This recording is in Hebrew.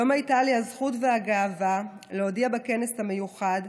היום הייתה לי הזכות והגאווה להודיע בכנס המיוחד,